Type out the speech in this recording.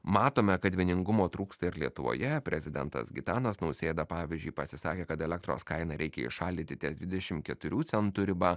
matome kad vieningumo trūksta ir lietuvoje prezidentas gitanas nausėda pavyzdžiui pasisakė kad elektros kainą reikia įšaldyti ties dvidešim keturių centų riba